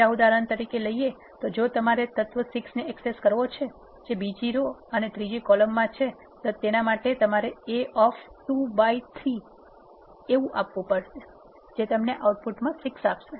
બીજા ઉદહરણ તરીકે લઇએ તો જો તમારે તત્વ ૬ ને એક્સેસ કરવો છે જે બીજી રો અને ત્રીજી કોલમ્સ માં છે તો તેના માટે તમારે A of 2 by 3 આપવુ પડશે જે તમને આઉટપુટ માં ૬ આપશે